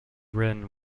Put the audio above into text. written